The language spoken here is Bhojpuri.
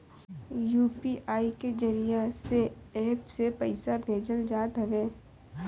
यू.पी.आई के जरिया से एप्प से पईसा भेजल जात हवे